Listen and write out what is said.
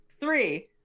three